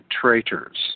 traitors